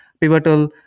Pivotal